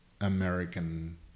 American